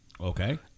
Okay